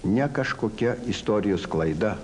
ne kažkokia istorijos klaida